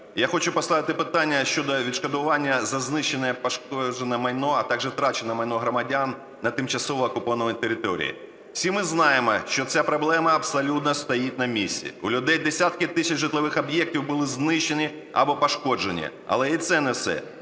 Я хочу поставити питання щодо відшкодування за знищене, пошкоджене майно, а також втрачене майно громадян на тимчасово окупованій території. Всі ми знаємо, що ця проблема абсолютно стоїть на місці, у людей десятки тисяч житлових об'єктів були знищені або пошкоджені, але і це не все.